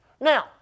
Now